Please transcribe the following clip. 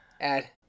add